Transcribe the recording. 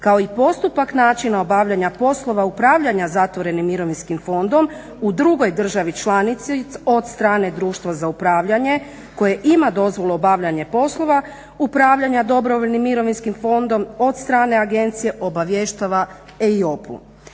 kao i postupak načina obavljanja poslova upravljanja zatvorenim mirovinskim fondom u drugoj državi članici od strane Društva za upravljanje koje ima dozvolu obavljanja poslova upravljanja dobrovoljnim mirovinskim fondom od strane agencije obavještava EIOPA-u.